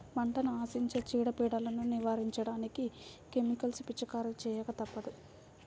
పంటని ఆశించే చీడ, పీడలను నివారించడానికి కెమికల్స్ పిచికారీ చేయక తప్పదు